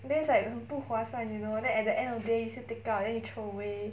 then it's like 很不划算 you know and then at the end of day you still take out then you throw away